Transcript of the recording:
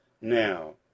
Now